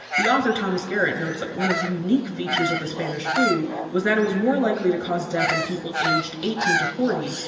the author thomas garrett notes that one of the unique features of the spanish flu was that it was more likely to cause death in people aged eighteen to forty,